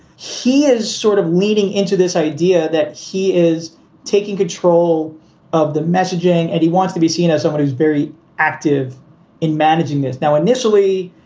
he is sort of leading into this idea that he is taking control of the messaging and he wants to be seen as someone who's very active in managing this. now, initially,